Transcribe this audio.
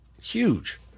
Huge